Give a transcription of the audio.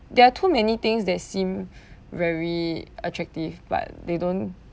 there are too many things that seem very attractive but they don't